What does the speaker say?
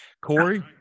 Corey